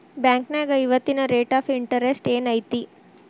ಬಾಂಕ್ನ್ಯಾಗ ಇವತ್ತಿನ rate of interest ಏನ್ ಐತಿ